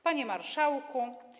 Panie Marszałku!